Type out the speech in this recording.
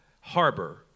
harbor